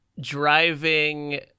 driving